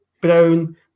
Brown